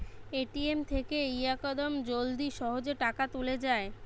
ATM থেকে ইয়াকদম জলদি সহজে টাকা তুলে যায়